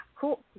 cool